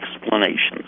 explanations